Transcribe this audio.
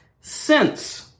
Since-